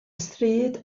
stryd